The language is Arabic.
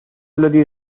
الذي